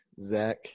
Zach